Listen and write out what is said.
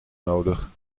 nodig